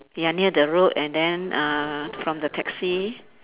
ya near the road and then uh from the taxi